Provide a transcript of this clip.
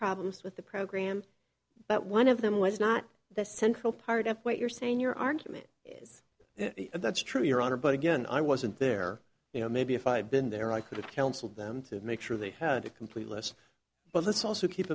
problems with the program but one of them was not the central part of what you're saying your argument is that's true your honor but again i wasn't there you know maybe if i had been there i could have counseled them to make sure they had a complete list but let's also keep